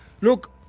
Look